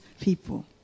people